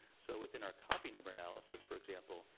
so within our copy number analysis for example,